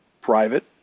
private